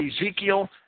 Ezekiel